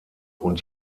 und